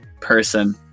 person